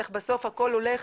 איך בסוף הכול הולך